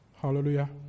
Hallelujah